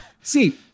See